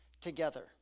together